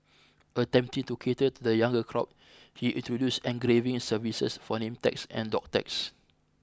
attempting to cater to the younger crowd he introduced engraving services for name tags and dog tags